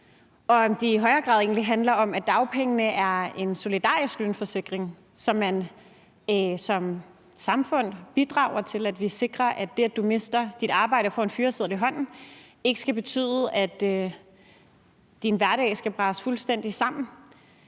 om det i højere grad egentlig handler om, at dagpengene er en solidarisk lønforsikring, hvor man som samfund bidrager til at sikre, at det, at du mister dit arbejde, får en fyreseddel i hånden, ikke skal betyde, at din hverdag skal brase fuldstændig sammen,